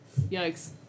Yikes